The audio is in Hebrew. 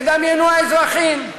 ידמיינו האזרחים,